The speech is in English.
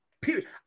Period